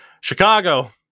Chicago